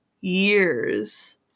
years